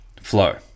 flow